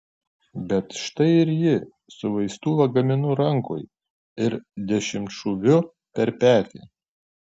bet štai ir ji su vaistų lagaminu rankoj ir dešimtšūviu per petį